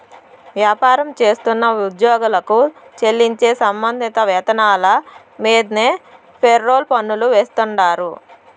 వ్యాపారం చేస్తున్న ఉద్యోగులకు చెల్లించే సంబంధిత వేతనాల మీన్దే ఫెర్రోల్ పన్నులు ఏస్తాండారు